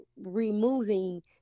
removing